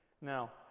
Now